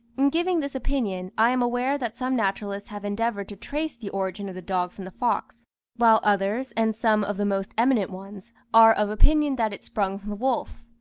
in giving this opinion, i am aware that some naturalists have endeavoured to trace the origin of the dog from the fox while others, and some of the most eminent ones, are of opinion that it sprung from the wolf.